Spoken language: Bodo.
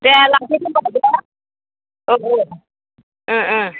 मोनगोन दे लांफैदो होनब्ला दे औ औ